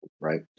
right